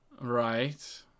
Right